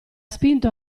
spinto